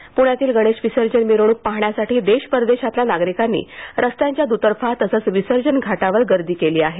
पृण्यातली गणेश विसर्जन मिरवणूक पाहण्यासाठी देश परदेशातल्या नागरिकांनी रस्त्यांच्या द्तर्फा तसंच विसर्जन घाटांवर गर्दी केली आहे